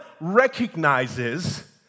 recognizes